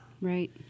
Right